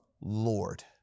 Lord